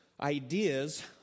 ideas